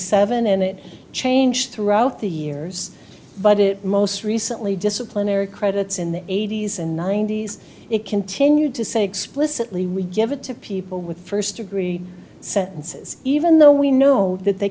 seven and it changed throughout the years but it most recently disciplinary credits in the eighty's and ninety's it continued to say explicitly we give it to people with first degree sentences even though we know that they